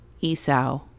Esau